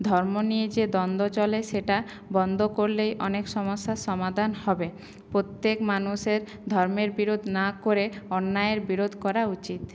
ধর্ম নিয়ে যে দ্বন্দ্ব চলে সেটা বন্ধ করলেই অনেক সমস্যার সমাধান হবে প্রত্যেক মানুষের ধর্মের বিরোধ না করে অন্যায়ের বিরোধ করা উচিত